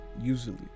usually